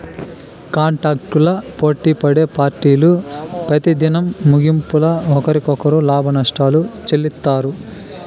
కాంటాక్టులు పోటిపడే పార్టీలు పెతిదినం ముగింపుల ఒకరికొకరు లాభనష్టాలు చెల్లిత్తారు